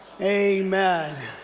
amen